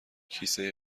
کیسه